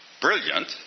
brilliant